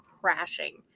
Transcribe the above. crashing